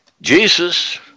Jesus